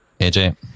AJ